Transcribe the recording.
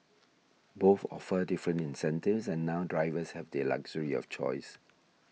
both offer different incentives and now drivers have the luxury of choice